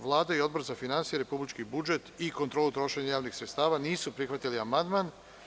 Vlada i Odbor za finansije, republički budžet i kontrolu trošenja javnih sredstava nisu prihvatili amandman.